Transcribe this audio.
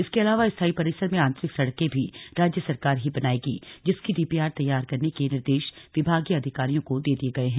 इसके अलावा स्थाई परिसर में आन्तरिक सड़कें भी राज्य सरकार ही बनायेगी जिसकी डीपीआर तैंयार करने के निर्देश विभागीय अधिकारियों को दे दिये गये हैं